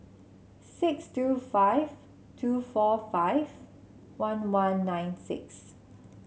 six two five two four five one one nine six